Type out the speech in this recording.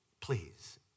please